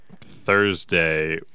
Thursday